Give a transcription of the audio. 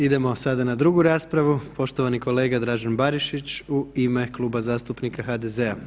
Idemo sada na drugu raspravu, poštovani kolega Dražen Barišić u ime Kluba zastupnika HDZ-a.